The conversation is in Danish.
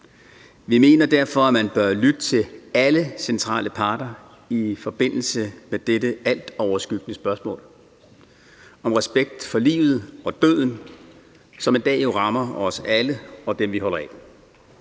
Vi mener derfor, at man bør lytte til alle centrale parter i forbindelse med dette altoverskyggende spørgsmål om respekt for livet og døden, som en dag jo rammer os alle og dem, vi holder af.